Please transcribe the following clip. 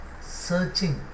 searching